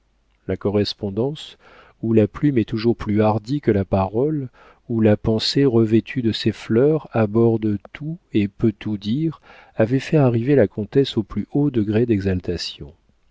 la correspondance où la plume est toujours plus hardie que la parole où la pensée revêtue de ses fleurs aborde tout et peut tout dire avait fait arriver la comtesse au plus haut degré